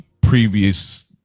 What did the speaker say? previous